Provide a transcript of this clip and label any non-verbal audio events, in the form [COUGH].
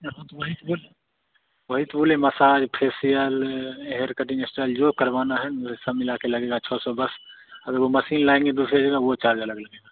[UNINTELLIGIBLE] वही तो बोलें massage facial hair cutting style जो करवाना है मुरे सब मिलाकर लगेगा छः सौ बस अगर वह मशीन लाएँगे दूसरी जगह वह चार्ज अलग लगेगा